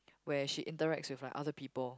where she interacts with like other people